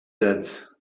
that